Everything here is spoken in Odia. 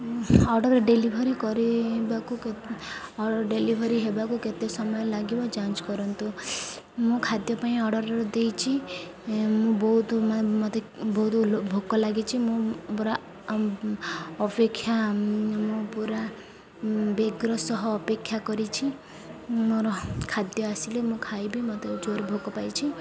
ଅର୍ଡ଼ର୍ ଡ଼େଲିଭରି କରିବାକୁ କେତ୍ ଅର୍ଡ଼ର୍ ଡ଼େଲିଭରି ହେବାକୁ କେତେ ସମୟ ଲାଗିବ ଯାଞ୍ଚ କରନ୍ତୁ ମୁଁ ଖାଦ୍ୟ ପାଇଁ ଅର୍ଡ଼ର୍ ଦେଇଛିି ମୁଁ ବହୁତ ମାନ ମୋତେ ବହୁତ ଭୋକ ଲାଗିଛି ମୁଁ ପୁରା ଅପେକ୍ଷା ମୁଁ ପୁରା ବ୍ୟଗ୍ରର ସହ ଅପେକ୍ଷା କରିଛି ମୋର ଖାଦ୍ୟ ଆସିଲେ ମୁଁ ଖାଇବି ମୋତେ ଜୋର ଭୋକ ପାଇଛି